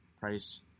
price